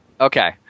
Okay